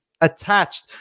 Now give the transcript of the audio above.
attached